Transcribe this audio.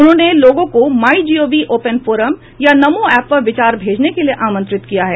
उन्होंने लोगों को माई गॉव ओपन फोरम या नमोऐप पर विचार भेजने के लिए आमंत्रित किया है